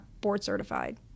board-certified